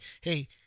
hey